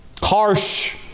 harsh